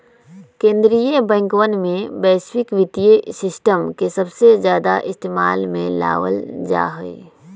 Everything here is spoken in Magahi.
कीन्द्रीय बैंकवन में वैश्विक वित्तीय सिस्टम के सबसे ज्यादा इस्तेमाल में लावल जाहई